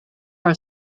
are